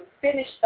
finish